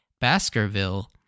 Baskerville